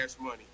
money